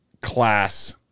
class